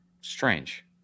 strange